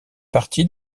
partie